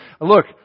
Look